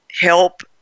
help